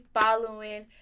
following